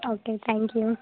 okay thank you